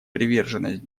приверженность